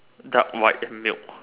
dark white and milk